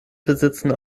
besitzen